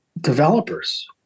developers